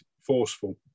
forceful